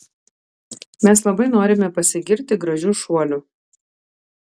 mes labai norime pasigirti gražiu šuoliu